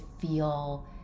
feel